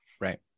Right